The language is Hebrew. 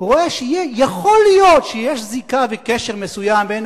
רואה שיכול להיות שיש זיקה וקשר מסוים בין